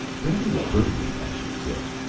rather verdant, i should say,